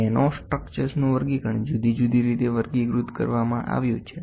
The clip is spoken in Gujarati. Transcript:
નેનોસ્ટ્રક્ચર્સનું વર્ગીકરણ જુદી જુદી રીતે વર્ગીકૃત કરવામાં આવ્યું છે